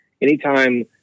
Anytime